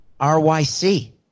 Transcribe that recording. RYC